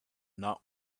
not